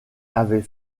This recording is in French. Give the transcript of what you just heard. avait